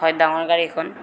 হয় ডাঙৰ গাড়ী এখন